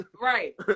right